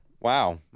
Wow